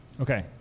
Okay